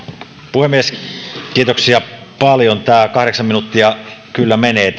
puhemies kiitoksia paljon tämä kahdeksan minuuttia kyllä menee